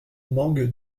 mangue